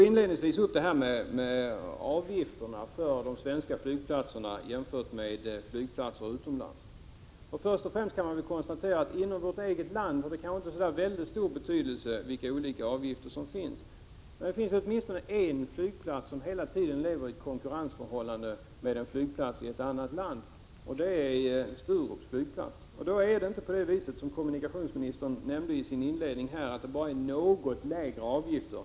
Inledningsvis tog jag upp avgifterna för de svenska flygplatserna och jämförde dem med avgifterna för flygplatser utomlands. Inom vårt eget land har det kanske inte så oerhört stor betydelse om avgifterna är olika, men det finns i varje fall en svensk flygplats som hela tiden konkurrerar med en flygplats i ett annat land, nämligen Sturups flygplats. Här är det inte bara fråga om, som kommunikationsministern sade, något lägre avgifter.